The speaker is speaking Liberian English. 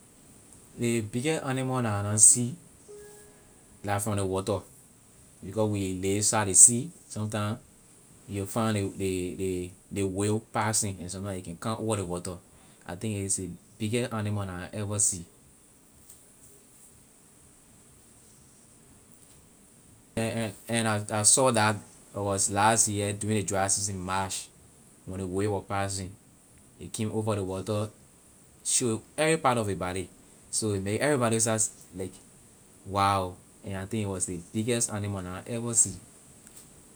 Ley biggest animal la I na see la from the water because we live side the sea sometime you will find ley ley ley whale passing and sometime a can come over ley water I think it is the biggest animal I na ever see and and I saw that it was last year during the dry season march when the whale was passing it came over ley water show every part of it body so a make everybody start say- like wow and I think it was the biggest animal I na ever see.